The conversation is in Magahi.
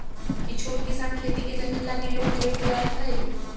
कि छोट किसान खेती के जमीन लागी लोन लेवे के लायक हई?